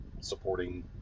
supporting